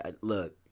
Look